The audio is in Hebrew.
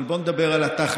אבל בוא נדבר על התכל'ס,